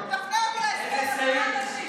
תפנה אותי בהסכם להדרת נשים,